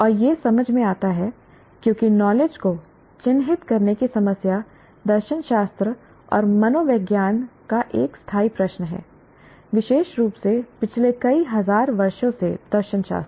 और यह समझ में आता है क्योंकि नॉलेज को चिह्नित करने की समस्या दर्शनशास्त्र और मनोविज्ञान का एक स्थायी प्रश्न है विशेष रूप से पिछले कई 1000 वर्षों से दर्शनशास्त्र